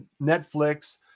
Netflix